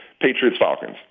Patriots-Falcons